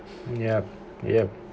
yup yup